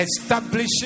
establishing